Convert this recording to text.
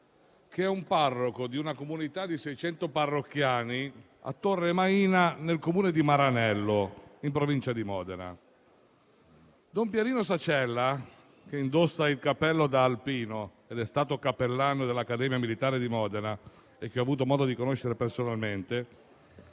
Sacella, parroco di una comunità di 600 parrocchiani a Torre Maina, nel Comune di Maranello, in Provincia di Modena. Don Pierino Sacella, che indossa il cappello da alpino ed è stato cappellano dell'Accademia militare di Modena e che io ho avuto modo di conoscere personalmente,